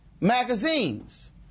Magazines